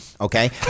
okay